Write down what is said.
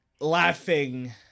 laughing